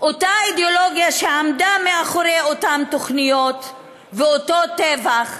אותה אידיאולוגיה שעמדה מאחורי אותן תוכניות ואותו טבח,